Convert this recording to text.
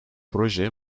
proje